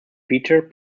peter